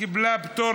קיבלה פטור